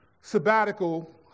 sabbatical